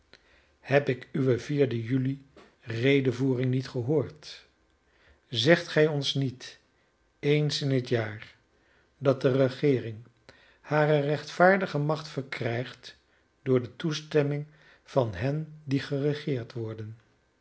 heb ik uwe vierde juli redevoering niet gehoord zegt gij ons niet eens in het jaar dat de regeering hare rechtvaardige macht verkrijgt door de toestemming van hen die geregeerd worden